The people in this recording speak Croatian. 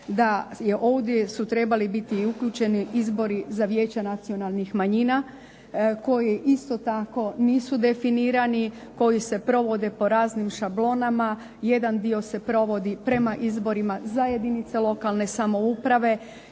ovdje su trebali biti uključeni izbori za Vijeća nacionalnih manjina koji isto tako nisu definirani, koji se provode po raznim šablonama. Jedan dio se provodi prema izborima za jedinice lokalne samouprave,